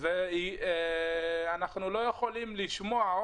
ואנחנו לא יכולים לשמוע,